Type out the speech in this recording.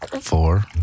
Four